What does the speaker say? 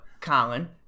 Colin